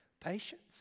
patience